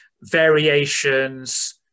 variations